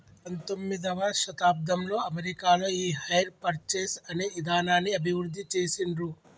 పంతొమ్మిదవ శతాబ్దంలో అమెరికాలో ఈ హైర్ పర్చేస్ అనే ఇదానాన్ని అభివృద్ధి చేసిండ్రు